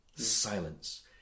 Silence